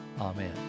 amen